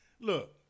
look